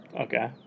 okay